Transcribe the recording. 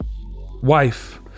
wife